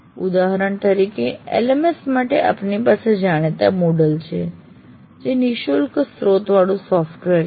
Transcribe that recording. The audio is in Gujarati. ઉદાહરણ તરીકે LMS માટે આપની પાસે જાણીતા MOODLE છે જે નિઃશુલ્ક સ્ત્રોતવાળું સોફ્ટવેર છે